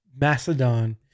Macedon